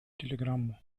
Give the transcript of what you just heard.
телеграмму